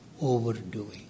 overdoing